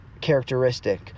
characteristic